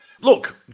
Look